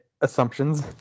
assumptions